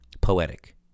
poetic